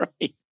right